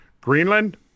Greenland